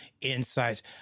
insights